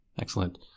Excellent